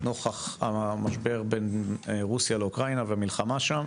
נוכח המשבר בין רוסיה לאוקראינה והמלחמה שם,